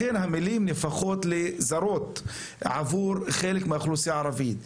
לכן המילים נהפכות לזרות עבור חלק מהאוכלוסייה הערבית.